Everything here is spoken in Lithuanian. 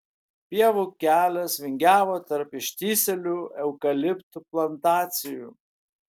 pievų kelias vingiavo tarp ištįsėlių eukaliptų plantacijų